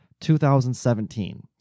2017